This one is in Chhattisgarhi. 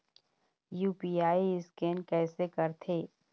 यू.पी.आई स्कैन कइसे करथे?